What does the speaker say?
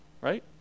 right